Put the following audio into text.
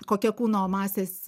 kokia kūno masės